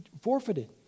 forfeited